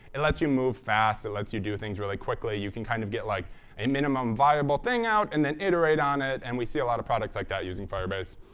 it lets you move fast. it lets you do things really quickly. you can kind of get like a minimum viable thing out, and then iterate on it. and we see a lot of products like that using firebase.